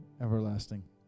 everlasting